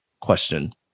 question